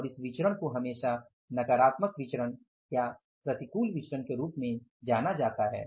और इस विचरण को हमेशा नकारात्मक विचरण या प्रतिकूल विचरण के रूप में जाना जाता है